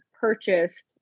purchased